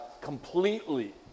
completely